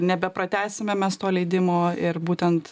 nebepratęsime mes to leidimo ir būtent